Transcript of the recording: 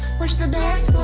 wish the best